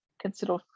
consider